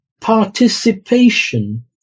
Participation